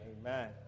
Amen